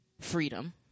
freedom